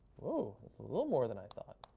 whew, it's a little more than i thought.